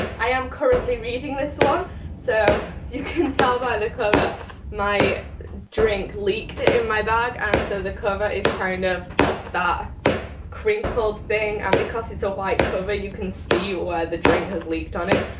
i am currently reading this one so you can tell by the cover my drink leaked in my bag and so the cover is kind of that crinkled thing and because it's a white cover, you can see where the drink has leaked on it.